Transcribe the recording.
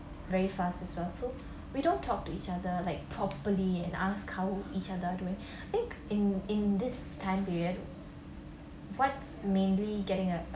very fast as well so we don't talk to each other like properly and ask how each other doing think in in this time period what's mainly getting a